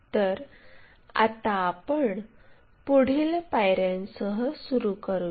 तर आता आपण पुढील पायऱ्यांसह सुरु करूया